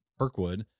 Perkwood